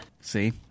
See